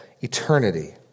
eternity